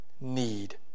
need